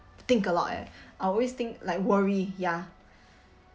think a lot eh I always think like worry ya